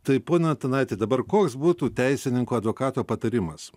tai pone antanaiti dabar koks būtų teisininko advokato patarimas